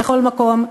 בכל מקום,